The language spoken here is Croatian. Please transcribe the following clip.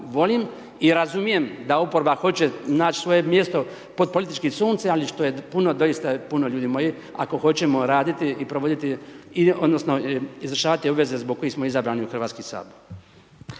i razumijem da oporba hoće naći svoje mjesto pod politikom suncem, ali što je puno, doista je puno ljudi moji ako hoćemo raditi i provoditi, odnosno, izvršavati obveze zbog kojih smo izabrani u Hrvatski sabor.